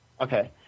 Okay